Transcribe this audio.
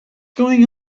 going